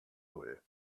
null